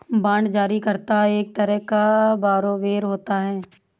bond जारी करता एक तरह का बारोवेर होता है